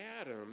Adam